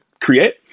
create